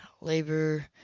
labor